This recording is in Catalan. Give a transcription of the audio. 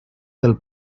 del